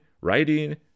writing